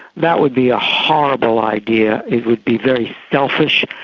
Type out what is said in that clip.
that would be a horrible idea, it would be very selfish,